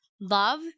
love